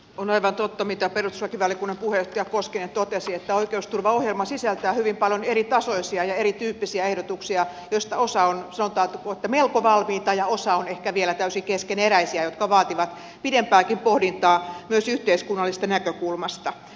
on aivan totta mitä perustuslakivaliokunnan puheenjohtaja koskinen totesi että oikeusturvaohjelma sisältää hyvin paljon eritasoisia ja erityyppisiä ehdotuksia joista osa on sanotaanko melko valmiita ja osa on ehkä vielä täysin keskeneräisiä jotka vaativat pidempääkin pohdintaa myös yhteiskunnallisesta näkökulmasta